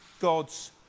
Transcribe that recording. God's